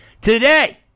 today